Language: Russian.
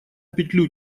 петлю